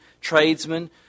tradesmen